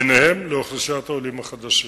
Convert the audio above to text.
ביניהן לאוכלוסיית העולים החדשים.